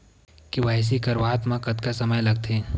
KYC करवात म कतका समय लगथे?